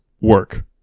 work